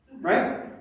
right